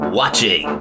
watching